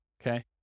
okay